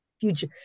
future